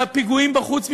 והפיגועים בחוץ ממשיכים,